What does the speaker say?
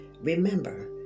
remember